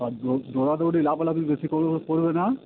আর দো দৌড়াদৌড়ি লাফালাফি বেশি কর করবে না